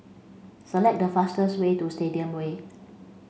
select the fastest way to Stadium Way